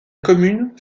commune